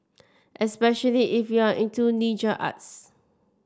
especially if you are into ninja arts